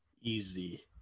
Easy